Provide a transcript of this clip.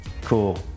Cool